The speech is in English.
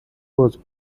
was